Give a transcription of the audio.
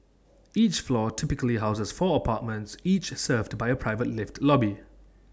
each floor typically houses four apartments each served by A private lift lobby